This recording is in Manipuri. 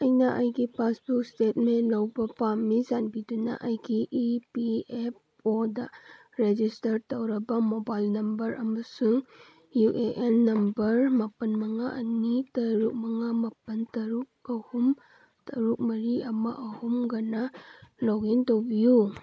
ꯑꯩꯅ ꯑꯩꯒꯤ ꯄꯥꯁꯕꯨꯛ ꯁ꯭ꯇꯦꯠꯃꯦꯟ ꯂꯧꯕ ꯄꯥꯝꯃꯤ ꯆꯥꯟꯕꯤꯗꯨꯅ ꯑꯩꯒꯤ E P F O register ꯇꯧꯔꯕ ꯃꯣꯕꯥꯏꯜ ꯅꯝꯕꯔ ꯑꯃꯁꯨꯡ ꯌꯨ ꯑꯦ ꯑꯦꯟ ꯅꯝꯕꯔ ꯃꯥꯄꯜ ꯃꯉꯥ ꯑꯅꯤ ꯇꯔꯨꯛ ꯃꯉꯥ ꯃꯥꯄꯜ ꯇꯔꯨꯛ ꯑꯍꯨꯝ ꯇꯔꯨꯛ ꯃꯔꯤ ꯑꯃ ꯑꯍꯨꯝꯒꯅ ꯂꯣꯛꯏꯟ ꯇꯧꯕꯤꯌꯨ